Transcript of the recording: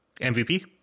MVP